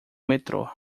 metrô